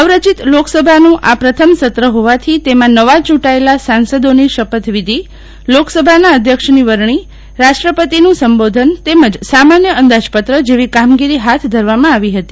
નવરચિત લોકસભાનું આ પ્રથમ સત્ર હોવાથી તેમાં નવા ચુંટાયેલા સાસંદોની શપથવિધિલોકસભાના અધ્યક્ષ ની વરણી રાષ્ટ્રપતિનું સંબોધન તેમજ સામાન્ય અંદાજપત્ર જેવી કામગીરી ફાથ ધરવામાં આવી હતી